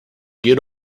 get